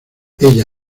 ella